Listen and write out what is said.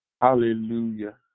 Hallelujah